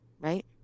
Right